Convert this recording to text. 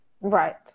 Right